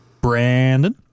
Brandon